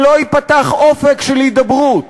אם לא ייפתח אופק של הידברות,